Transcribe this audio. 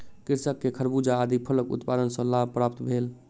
कृषक के खरबूजा आदि फलक उत्पादन सॅ लाभ प्राप्त भेल